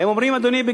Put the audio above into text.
אבל הם אומרים בגלוי,